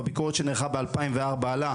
בביקורת שנערכה ב-2004 עלה,